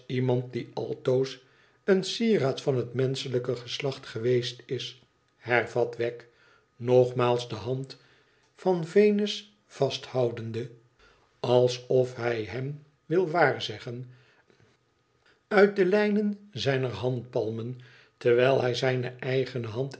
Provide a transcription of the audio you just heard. iemand die altoos een sieraad van het menschelijk geslacht geweest is hervat wegg nogmaals de hand van venus vasthoudende alsof hij hem wil waarzeggen uit de lijnen zijner handpalm terwijl hij zijne eigene hand